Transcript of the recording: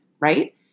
right